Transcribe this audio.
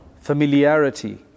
familiarity